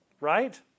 right